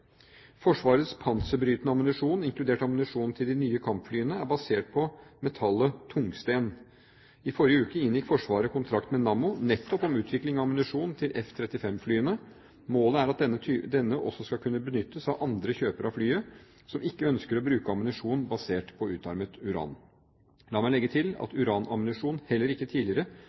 Forsvarets panserbrytende ammunisjon, inkludert ammunisjon til de nye kampflyene, er basert på metallet tungsten. I forrige uke inngikk Forsvaret kontrakt med Nammo nettopp om utvikling av ammunisjon til F-35-flyene. Målet er at denne også skal kunne benyttes av andre kjøpere av flyet som ikke ønsker å bruke ammunisjon basert på utarmet uran. La meg legge til at uranammunisjon heller ikke tidligere